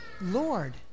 Lord